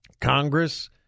Congress